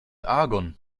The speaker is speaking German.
argon